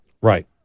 Right